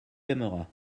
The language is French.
aimeras